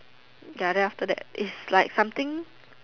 ya then after that it's like something